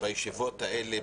בישיבות האלה,